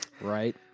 Right